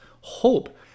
hope